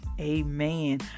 Amen